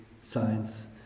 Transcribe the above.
science